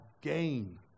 gain